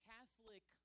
Catholic